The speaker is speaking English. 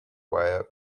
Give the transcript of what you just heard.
wire